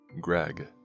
Greg